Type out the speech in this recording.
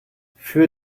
für